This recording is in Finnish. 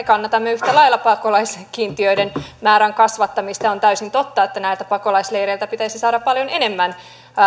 kannatamme yhtä lailla pakolaiskiintiöiden määrän kasvattamista ja on täysin totta että näiltä pakolaisleireiltä pitäisi saada paljon enemmän